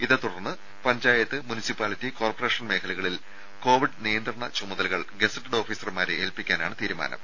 ഇതേ തുടർന്ന് panchayat municipality corporation മേഖലകളിൽ കോവിഡ് നിയന്ത്രണ ചുമതലകൾ ഗസറ്റഡ് ഓഫീസർമാരെ ഏൽപിക്കാനാണ് തീരുമാനം